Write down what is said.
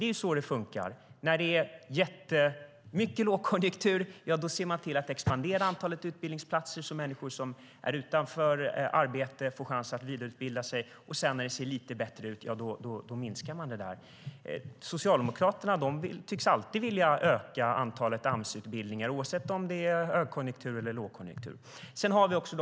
Det är så det funkar: När det är jättemycket lågkonjunktur ser man till att expandera antalet utbildningsplatser, så att människor som är utanför arbete får chans att vidareutbilda sig, och när det sedan ser lite bättre ut minskar man. Socialdemokraterna tycks alltid vilja öka antalet Amsutbildningar, oavsett om det är högkonjunktur eller lågkonjunktur.